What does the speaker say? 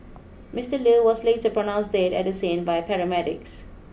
Mister Loo was later pronounced dead at the scene by paramedics